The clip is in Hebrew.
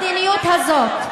המדיניות הזאת,